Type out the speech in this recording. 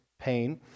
pain